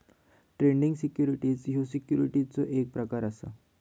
trading securities ह्यो सिक्युरिटीजचो एक प्रकार असा